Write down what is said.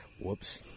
Whoops